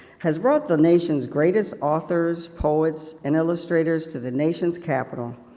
has brought the nations greatest authors, poets, and illustrators, to the nation's capitol,